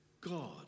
God